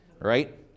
Right